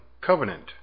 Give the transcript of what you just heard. covenant